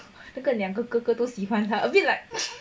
那个两个哥哥都喜欢他 a bit like